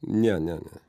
ne ne ne